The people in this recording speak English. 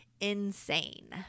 insane